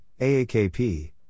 AAKP